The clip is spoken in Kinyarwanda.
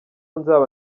nzaba